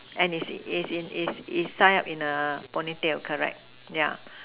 and is it is in is is tied up in a ponytail correct yeah